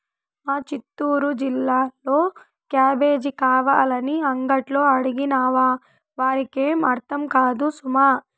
మా చిత్తూరు జిల్లాలో క్యాబేజీ కావాలని అంగట్లో అడిగినావా వారికేం అర్థం కాదు సుమా